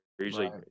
usually